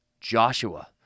Joshua